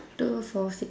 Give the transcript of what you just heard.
two four six